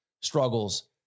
struggles